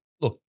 look